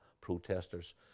protesters